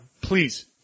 Please